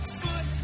foot